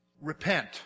Repent